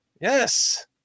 yes